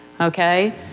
Okay